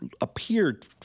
appeared